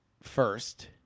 first